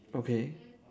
okay